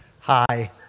Hi